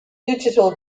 digital